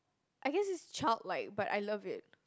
I guess its childlike but I love it